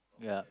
ya